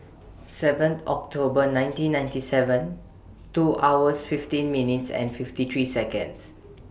seven October nineteen ninety seven two hours fifteen minutes and fifty three Seconds